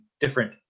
different